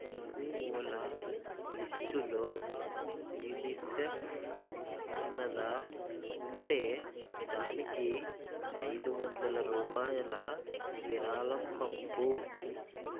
ఎన్జిఓల లిస్టులో యునిసెఫ్ ఉన్నదా ఉంటే దానికి ఐదు వందల రూపాయల విరాళం పంపు